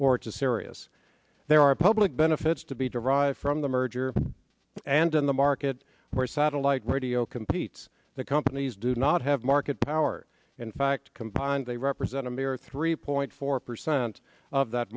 or to sirius there are public benefits to be derived from the merger and in the market where satellite radio competes the companies do not have market power in fact combined they represent a mere three point four percent of that